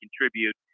contribute